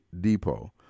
Depot